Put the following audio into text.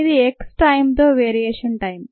ఇది X టైంతో variation time